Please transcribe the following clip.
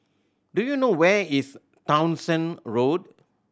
do you know where is Townshend Road